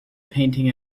painting